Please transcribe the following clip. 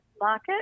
Market